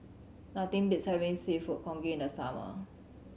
nothing beats having Seafood Congee in the summer